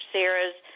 Sarah's